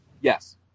Yes